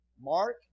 Mark